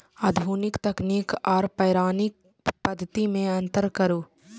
आधुनिक तकनीक आर पौराणिक पद्धति में अंतर करू?